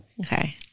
Okay